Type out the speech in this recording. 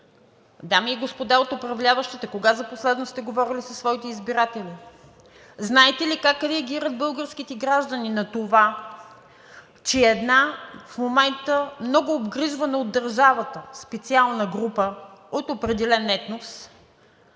дами и господа от управляващите, кога за последно сте говорили със своите избиратели? Знаете ли как реагират българските граждани на това, че на една много обгрижвана в момента от държавата специална група от определен етнос